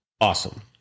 awesome